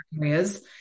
areas